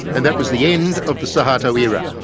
and that was the end of the suharto era.